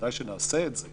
בוודאי שנעשה את זה,